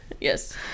yes